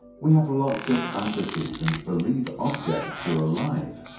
we have lots of fantasies and believe objects are alive.